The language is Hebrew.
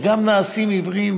וגם נעשים עיוורים,